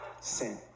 Sin